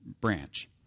branch